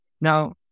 Now